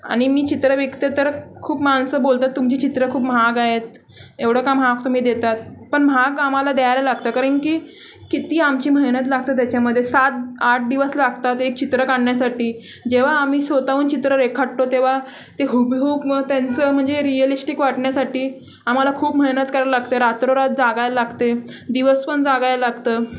आणि मी चित्र विकते तर खूप माणसं बोलतात तुमचे चित्र खूप महाग आहेत एवढं का महाग तुम्ही देतात पण महाग आम्हाला द्यायला लागतं कारण की किती आमची मेहनत लागतं त्याच्यामधे सातआठ दिवस लागतात एक चित्र काढण्यासाठी जेव्हा आम्ही स्वतः चित्र रेखाटतो तेव्हा ते हुबेहूब म त्यांचं म्हणजे रियलिस्टिक वाटण्यासाठी आम्हाला खूप मेहनत करायला लागते रात्ररात्र जागायला लागते दिवस पण जागायला लागतं